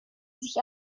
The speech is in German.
sich